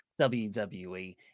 WWE